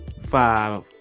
five